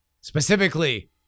specifically